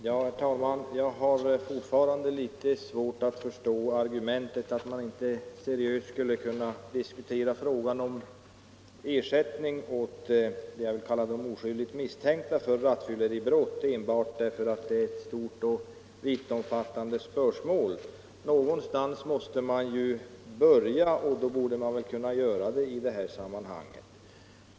Herr talman! Jag har fortfarande svårt att förstå argumentet att man inte seriöst skulle kunna diskutera frågan om ersättning åt dem som jag vill kalla oskyldigt misstänkta för rattfylleribrott enbart därför att det är ett stort och vittomfattande spörsmål. Någonstans måste man ju börja, och då borde man väl kunna göra det i detta sammanhang.